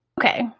okay